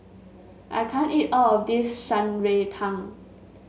I can't eat all of this Shan Rui Tang